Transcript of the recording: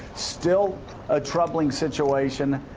still a troubling situation,